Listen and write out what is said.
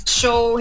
show